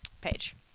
page